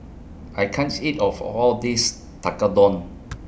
I can't eat of All This Tekkadon